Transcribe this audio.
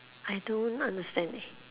I don't understand eh